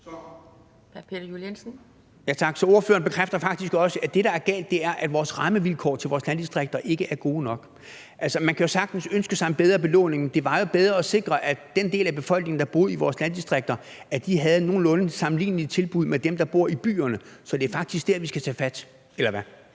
Så ordføreren bekræfter faktisk også, at det, der er galt, er, at rammevilkårene for vores landdistrikter ikke er gode nok. Altså, man kan sagtens ønske sig en bedre belåning, men det var jo bedre at sikre, at den del af befolkningen, der bor i vores landdistrikter, har tilbud, der er nogenlunde sammenlignelige med de tilbud, som dem, der bor i byerne, har. Så det er faktisk dér, vi skal tage fat – eller hvad?